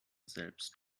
selbst